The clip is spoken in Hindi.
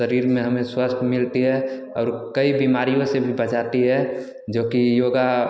शरीर में हमें स्वस्थ मिलती है और कई बीमारियों से भी बचाती है जो कि योगा